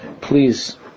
Please